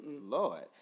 Lord